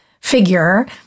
figure